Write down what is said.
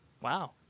Wow